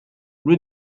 lui